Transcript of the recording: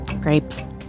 grapes